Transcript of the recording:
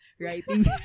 Writing